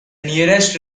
nearest